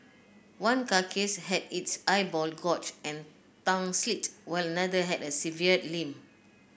one carcass had its eyeball gorged and tongue slit while another had a severed limb